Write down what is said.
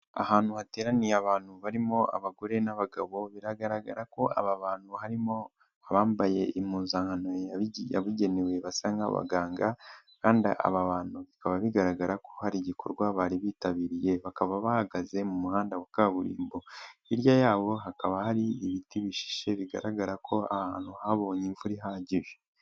Ahantu hateraniye abantu barimo abagore n'abagabo biragaragara ko aba bantu harimo abambaye impuzankano yabugenewe basa nk'abaganga kandi aba bantu bikaba bigaragara ko hari igikorwa bari bitabiriye bakaba bahagaze mu muhanda wa kaburimbo, hirya yabo hakaba hari ibiti bishishe bigaragara ko aha hantu habonye imvura ihagije.